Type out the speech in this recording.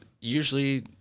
usually